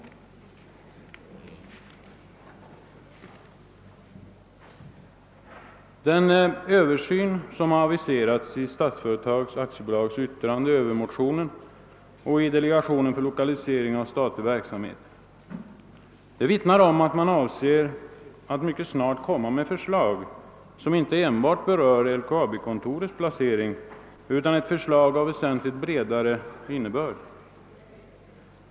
Den översyn som har aviserats i remissyttrandena från Statsföretag AB och delegationen för lokalisering av statlig verksamhet vittnar om att man avser att mycket snart framföra förslag som inte enbart berör LKAB-kontorets placering utan har en väsentligt bredare innebörd.